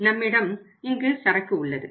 நம்மிடம் இங்கு சரக்கு உள்ளது